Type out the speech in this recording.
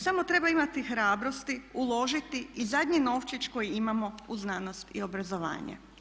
Samo treba ima hrabrosti uložiti i zadnji novčić koji imamo u znanost i obrazovanje.